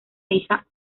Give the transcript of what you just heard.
hija